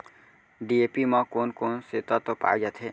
DAP म कोन कोन से तत्व पाए जाथे?